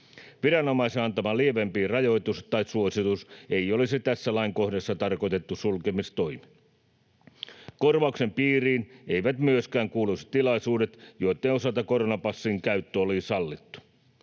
Viranomaisen antama lievempi rajoitus tai suositus ei olisi tässä lainkohdassa tarkoitettu sulkemistoimi. Korvauksen piiriin eivät myöskään kuuluisi tilaisuudet, joitten osalta koronapassin käyttö olisi sallittu.